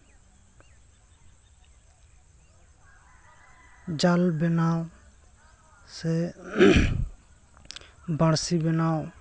ᱡᱟᱞ ᱵᱮᱱᱟᱣ ᱥᱮ ᱵᱟᱬᱥᱤ ᱵᱮᱱᱟᱣ